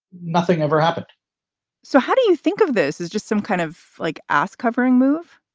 nothing ever happened so how do you think of this is just some kind of, like, ask covering move?